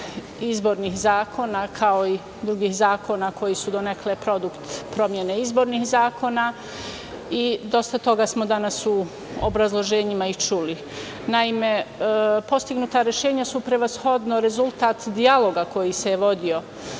izbornih zakona kao i drugih zakona koji su donekle produkt promene izbornih zakona i dosta toga smo danas u obrazloženjima čuli. Naime, postignuta rešenja su prevashodno rezultat dijaloga koji se vodio